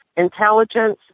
Intelligence